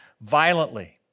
violently